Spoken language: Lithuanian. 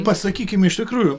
pasakykim iš tikrųjų